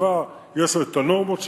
הצבא, יש לו הנורמות שלו,